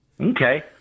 Okay